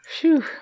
Phew